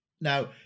Now